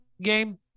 game